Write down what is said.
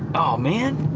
man.